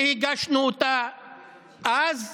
שהגשנו אותה אז.